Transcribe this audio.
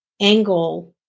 angle